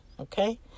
okay